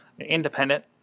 independent